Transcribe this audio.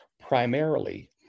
Primarily